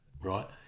right